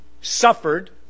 suffered